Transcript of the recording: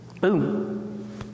Boom